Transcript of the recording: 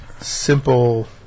simple